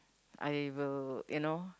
I will you know